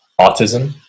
autism